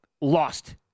lost